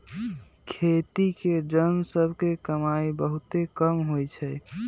खेती के जन सभ के कमाइ बहुते कम होइ छइ